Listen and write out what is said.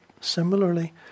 similarly